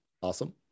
Awesome